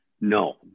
No